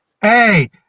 Hey